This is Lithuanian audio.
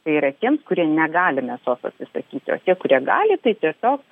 tai yra tiems kurie negali mėsos atsisakyti o tie kurie gali tai tiesiog